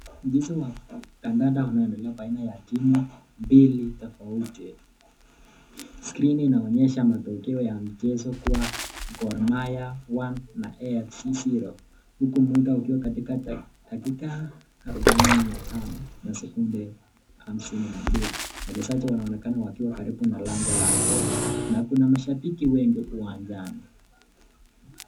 Mchezo wa kadanda unaendelea baina ya timu mbili tofauti, skrini inaonyesha matokeo ya michezo kuwa Gor mahia 1 na AFC 0 huku muda ukiwa katika dakika 45 na sekunde 52.Wachezaji wanaonekana wakiwa karibu na lango la goli na kuna mashabiki wengi uwanjani.